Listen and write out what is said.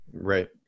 Right